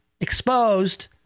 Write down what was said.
exposed